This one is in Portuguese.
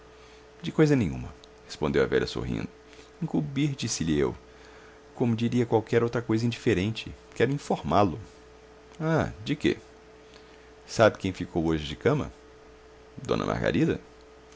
de coisa nenhuma respondeu a velha sorrindo incumbir disse-lhe eu como diria qualquer outra coisa indiferente quero informá lo ah de quê sabe quem ficou hoje de cama d margarida